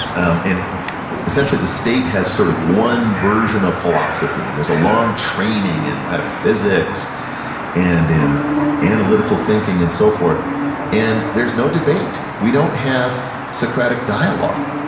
um and essentially the state has sort of one version of philosophy and there's a long training in metaphysics and in analytical thinking and so forth and there's no debate. we don't have socratic dialogue.